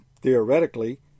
theoretically